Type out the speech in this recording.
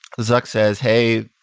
zuck says, hey,